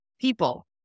people